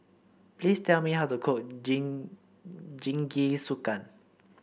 please tell me how to cook Jingisukan